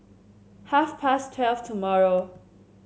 half past twelve tomorrow